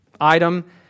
item